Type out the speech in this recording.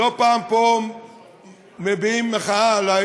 לא פעם פה מביעים מחאה עלי